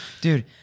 Dude